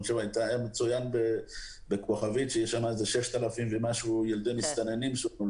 היה מצוין בכוכבית שיש 6,000 ומשהו ילדי מסתננים.